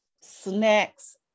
snacks